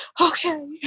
Okay